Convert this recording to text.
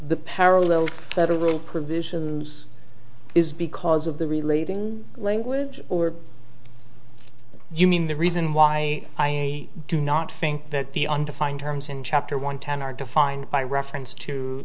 the parallel federal provisions is because of the relating language or do you mean the reason why i do not think that the undefined terms in chapter one ten are defined by reference to